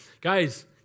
Guys